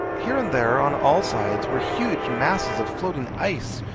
here and there on all sides were huge masses of floating ice,